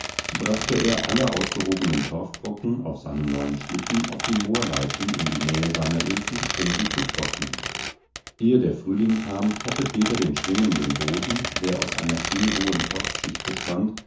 brachte er alle ausgehobenen torfbrocken auf seinem neuen schlitten auf die moorleiten in die nähe seiner öfen um sie zu trocknen ehe der frühling kam hatte peter den schwingenden boden der aus einer kniehohen torfschicht bestand